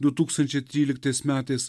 du tūkstančiai tryliktais metais